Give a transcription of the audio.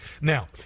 Now